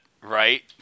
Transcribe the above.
Right